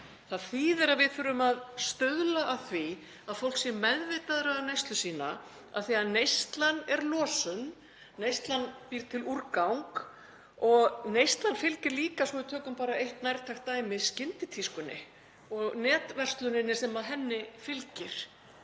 Það þýðir að við þurfum að stuðla að því að fólk sé meðvitaðra um neyslu sína af því að neyslan er losun, neyslan býr til úrgang og neyslan fylgir líka, svo við tökum eitt nærtækt dæmi, skynditískunni og netversluninni sem henni fylgir.